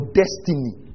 destiny